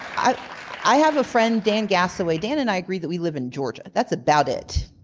i have a friend dan gasaway. dan and i agree that we live in georgia. that's about it.